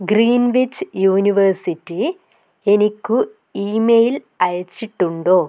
Greenwich university എനിക്ക് email അയച്ചിട്ടുണ്ടോ